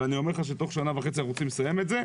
אבל אני אומר לך שתוך שנה וחצי אנחנו רוצים לסיים את זה.